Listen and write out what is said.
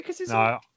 no